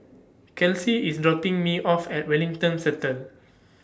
Kelsie IS dropping Me off At Wellington Centre